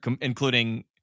including